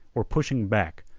were pushing back,